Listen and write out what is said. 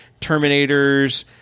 Terminators